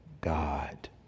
God